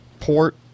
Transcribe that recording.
port